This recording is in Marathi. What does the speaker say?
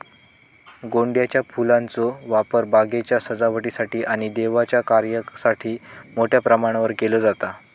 गोंड्याच्या फुलांचो वापर बागेच्या सजावटीसाठी आणि देवाच्या कार्यासाठी मोठ्या प्रमाणावर केलो जाता